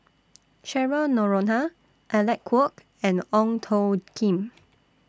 Cheryl Noronha Alec Kuok and Ong Tjoe Kim